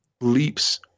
leaps